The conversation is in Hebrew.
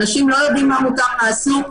אנשים לא יודעים מה מותר ומה אסור,